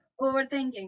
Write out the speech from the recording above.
overthinking